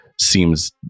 seems